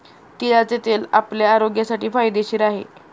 तिळाचे तेल आपल्या आरोग्यासाठी फायदेशीर आहे